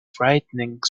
frightening